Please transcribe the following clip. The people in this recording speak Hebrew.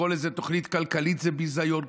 לקרוא לזה תוכנית כלכלית זה ביזיון.